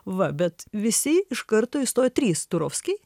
va bet visi iš karto įstojo trys turovskiai